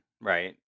right